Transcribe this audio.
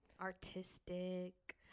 artistic